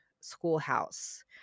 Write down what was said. Schoolhouse